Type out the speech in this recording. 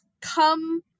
come